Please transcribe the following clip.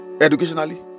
educationally